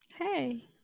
Hey